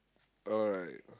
alright